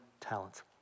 talents